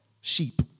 sheep